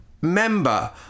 member